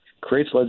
creates